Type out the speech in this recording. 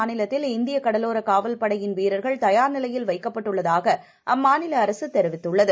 மாநிலத்தில் இந்தியகடலோரகாவல் படையின் வீரர்கள் தயார் நிலையில் தேராத் வைக்கப்பட்டுள்ளதாகஅம்மாநிலஅரசுதெரிவித்துள்ளது